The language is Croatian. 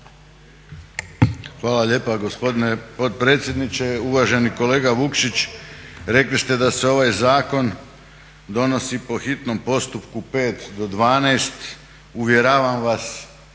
Hvala lijepa gospodine potpredsjedniče. Uvaženi kolega Vukšić, rekli ste da se ovaj zakon donosi po hitnom postupku 5 do 12, uvjeravam vas